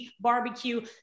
barbecue